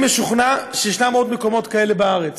אני משוכנע שישנם עוד מקומות כאלה בארץ.